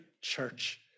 church